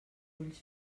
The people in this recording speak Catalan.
ulls